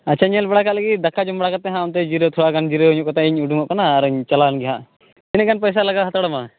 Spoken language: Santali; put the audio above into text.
ᱟᱪᱷᱟ ᱧᱮᱞ ᱵᱟᱲᱟ ᱠᱟᱜ ᱞᱤᱜᱤᱧ ᱫᱟᱠᱟ ᱡᱚᱢ ᱵᱟᱲᱟ ᱠᱟᱛᱮ ᱦᱟᱸᱜ ᱚᱱᱛᱮ ᱡᱤᱨᱟᱹᱣ ᱛᱷᱚᱲᱟ ᱜᱟᱱ ᱡᱤᱨᱟᱹᱣ ᱧᱚᱜ ᱠᱟᱛᱮᱧ ᱩᱰᱩᱝ ᱚᱜ ᱠᱟᱱᱟ ᱟᱨᱤᱧ ᱪᱟᱞᱟᱣ ᱮᱱ ᱜᱮ ᱦᱟᱸᱜ ᱛᱤᱱᱟᱜ ᱜᱟᱱ ᱯᱚᱭᱥᱟ ᱞᱟᱜᱟᱣ ᱦᱟᱛᱟᱲ ᱟᱢᱟ